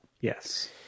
Yes